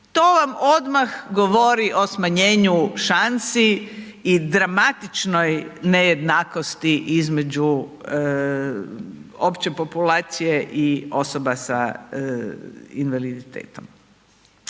To vam odmah govori o smanjenju šansi i dramatičnoj nejednakosti između opće populacije i osoba sa invaliditetom.